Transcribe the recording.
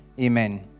amen